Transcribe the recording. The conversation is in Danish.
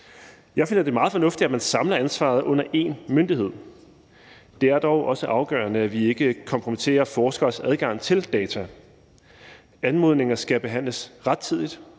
Jeg finder det meget fornuftigt, at man samler ansvaret under én myndighed. Det er dog også afgørende, at vi ikke kompromitterer forskeres adgang til data. Anmodninger skal behandles rettidigt,